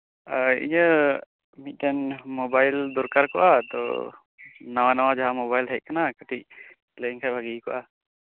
ᱟᱡ ᱤᱧᱟᱹᱜ ᱢᱤᱫᱴᱮᱡ ᱢᱳᱵᱟᱭᱤᱞ ᱫᱚᱨᱠᱟᱨ ᱠᱚᱜᱼᱟ ᱱᱟᱣᱟ ᱱᱟᱣᱟ ᱢᱳᱵᱟᱭᱤᱞ ᱦᱮᱡ ᱠᱟᱱᱟ ᱠᱟᱹᱴᱤᱡ ᱮᱢ ᱞᱟᱹᱭ ᱟᱹᱧ ᱠᱷᱟᱡ ᱵᱷᱟᱜᱤ ᱠᱚᱜᱼᱟ